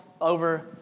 over